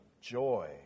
joy